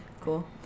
cool